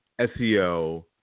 SEO